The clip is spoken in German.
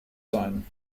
sein